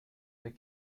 der